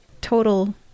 total